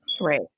right